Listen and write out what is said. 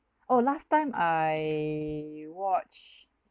oh last time I watch